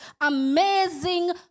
amazing